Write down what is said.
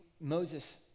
Moses